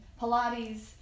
Pilates